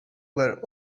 were